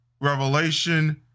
revelation